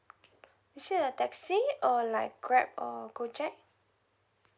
is it a taxi or like Grab or Gojek